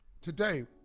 Today